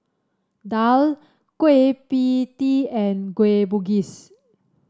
daal Kueh Pie Tee and Kueh Bugis